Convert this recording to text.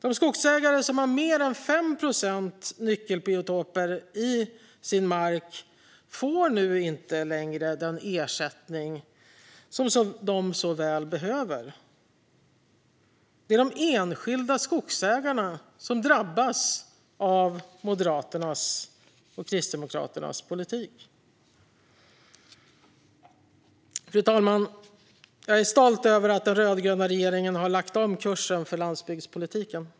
De skogsägare som har mer än 5 procent nyckelbiotoper i sin mark får nu inte längre den ersättning de så väl behöver. Det är de enskilda skogsägarna som drabbas av Moderaternas och Kristdemokraternas politik. Fru talman! Jag är stolt över att den rödgröna regeringen har lagt om kursen för landsbygdspolitiken.